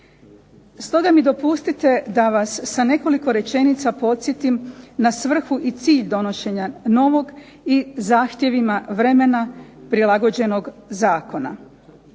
Stoga mi dopustite da vas sa nekoliko rečenica podsjetim na svrhu i cilj donošenja novog i zahtjevima vremena prilagođenog zakona.